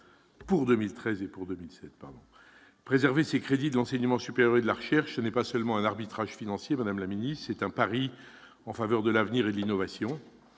pour 2013 et pour 2017. Préserver les crédits de l'enseignement supérieur et de la recherche, ce n'est pas seulement un arbitrage financier, madame la ministre. C'est un pari en faveur de l'avenir et de l'innovation.